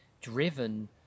driven